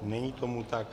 Není tomu tak.